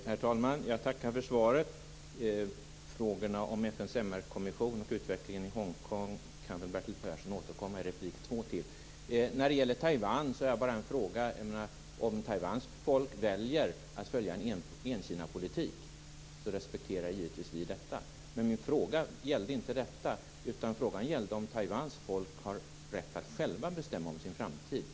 Herr talman! Jag tackar för svaret. Till frågorna om FN:s MR-kommission och utvecklingen i Hong Kong kan Bertil Persson väl återkomma i replik nummer två. När det gäller Taiwan har jag bara en fråga. Om Taiwans folk väljer att följa en ett-Kina-politik, respekterar vi givetvis detta, men min fråga gällde inte det utan om Taiwans folk har rätt att självt bestämma om sin framtid.